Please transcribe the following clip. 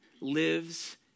lives